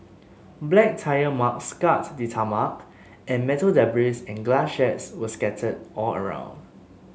black tyre marks scarred the tarmac and metal debris and glass shards were scattered all around